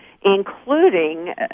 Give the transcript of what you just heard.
including